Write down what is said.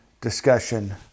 discussion